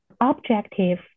objective